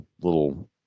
little